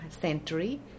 century